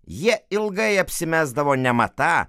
jie ilgai apsimesdavo nematą